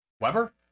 Weber